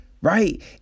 Right